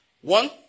One